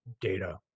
data